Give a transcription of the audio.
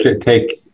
take